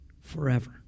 forever